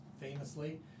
famously